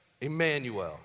Emmanuel